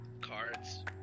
Cards